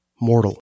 mortal